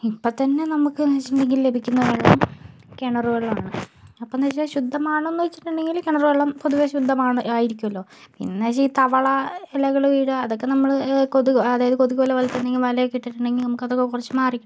ഇപ്പോൾത്തന്നെ നമക്കെന്നു വച്ചിട്ടുണ്ടെങ്കിൽ ലഭിക്കുന്ന വെള്ളം കിണർ വെളളമാണ് അപ്പോഴെന്നു വച്ചാൽ ശുദ്ധമാണോയെന്നു വച്ചിട്ടുണ്ടെങ്കിൽ കിണർ വെള്ളം പൊതുവെ ശുദ്ധമാണ് ആയിരിക്കുമല്ലോ പിന്നേയെന്നു വച്ചാൽ ഈ തവള ഇലകൾ വീഴുക അതൊക്കെ നമ്മൾ കൊതുക് അതായത് കൊതുകുവലപോലത്തെ എന്തെങ്കിലും വല ഒക്കെ ഇട്ടിട്ടുണ്ടെങ്കിൽ നമുക്ക് അതൊക്കെ കുറച്ച് മാറിക്കിട്ടും